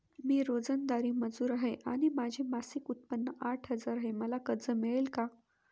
मी रोजंदारी मजूर आहे आणि माझे मासिक उत्त्पन्न आठ हजार आहे, मला कर्ज मिळेल का?